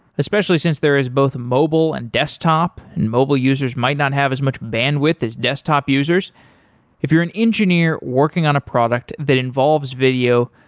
especially since there is both mobile and desktop and mobile users might not have as much bandwidth as desktop users if you are an engineer working on a product that involves video,